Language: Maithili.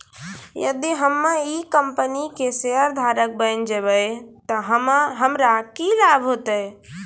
यदि हम्मै ई कंपनी के शेयरधारक बैन जैबै तअ हमरा की लाभ होतै